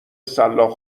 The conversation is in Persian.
سلاخ